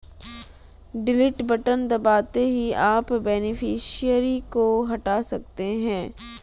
delete button दबाते ही आप बेनिफिशियरी को हटा सकते है